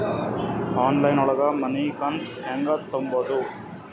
Online ಒಳಗ ಮನಿಕಂತ ಹ್ಯಾಂಗ ತುಂಬುದು?